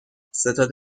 ستاد